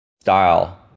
style